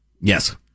Yes